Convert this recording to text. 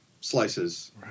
slices